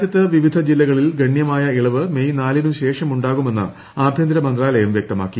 രാജ്യത്ത് വിപ്പിധ് ജില്ലകളിൽ ഗണ്യമായ ഇളവ് മെയ് നാലിനുശേഷം ഉണ്ടാകുമെന്ന് ആഭ്യന്തര മന്ത്രാലയം വ്യക്തമാക്കി